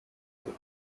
peu